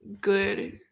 good